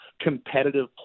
competitive